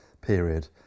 period